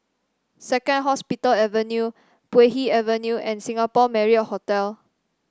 Second Hospital Avenue Puay Hee Avenue and Singapore Marriott Hotel